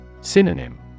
Synonym